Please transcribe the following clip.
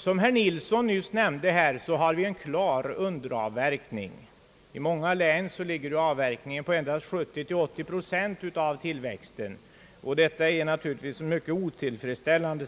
Som herr Nilsson nyss nämnde har vi en klar underavverkning — i många län ligger avverkningen på endast 70 å 80 procent av tillväxten, och den siffran är naturligtvis mycket otillfredsställande.